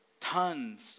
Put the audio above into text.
Tons